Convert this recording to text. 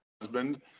husband